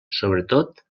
sobretot